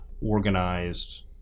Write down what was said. organized